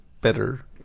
better